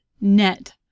net